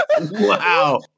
wow